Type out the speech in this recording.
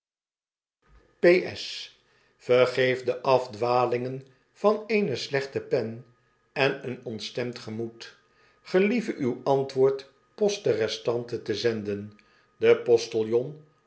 s vergeef de afdwalingen van eene slechte pen en een ontstemd gemoed gelieve uw antwoord poste restante te zenden de